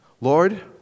Lord